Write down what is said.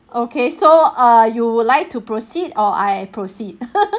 okay so err you would like to proceed or I proceed